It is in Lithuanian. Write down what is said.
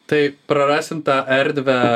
tai prarasim tą erdvę